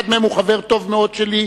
אחד מהם הוא חבר טוב מאוד שלי,